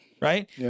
right